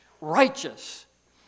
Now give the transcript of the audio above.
Righteous